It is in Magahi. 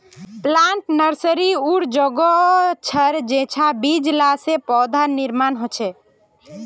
प्लांट नर्सरी उर जोगोह छर जेंछां बीज ला से पौधार निर्माण होछे